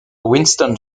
winston